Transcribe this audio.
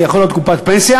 זה יכול להיות קופת פנסיה,